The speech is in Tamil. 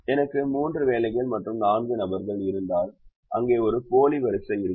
எனக்கு மூன்று வேலைகள் மற்றும் நான்கு நபர்கள் இருந்தால் அங்கே ஒரு போலி வரிசை இருக்கும்